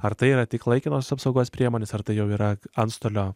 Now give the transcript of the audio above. ar tai yra tik laikinos apsaugos priemonės ar tai jau yra antstolio